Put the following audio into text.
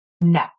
No